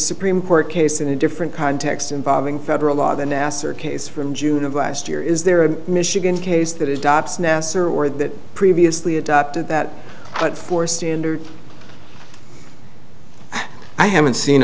supreme court case in a different context involving federal law the nasser case from june of last year is there a michigan case that is dops nassar or that previously adopted that but for standard i haven't seen